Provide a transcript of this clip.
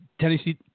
Tennessee